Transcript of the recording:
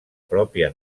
pròpia